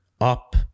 up